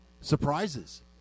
Surprises